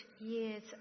years